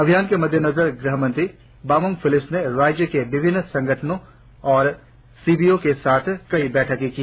अभियान के मद्देनजर गृह मंत्री बामांग फेलिक्स ने राज्य के विभिन्न संगठनों एवं सी बी ओ के साथ कई बैठके की